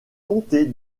comté